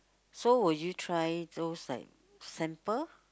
so will you try those like sample